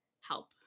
help